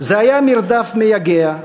"זה היה מרדף מייגע.